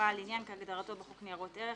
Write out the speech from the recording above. "בעל עניין" כהגדרתו בחוק ניירות ערך,